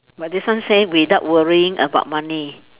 but this one say without worrying about money